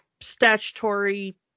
statutory